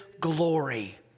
glory